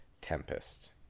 Tempest